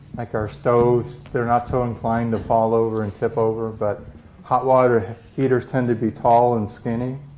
like our stoves, they're not so inclined to fall over and tip over. but hot water heaters tend to be tall and skinny.